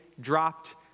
dropped